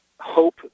hope